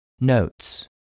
Notes